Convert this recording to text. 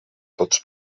tots